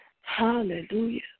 Hallelujah